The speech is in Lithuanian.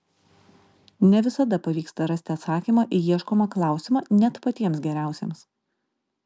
ne visada pavyksta rasti atsakymą į ieškomą klausimą net patiems geriausiems